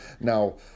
now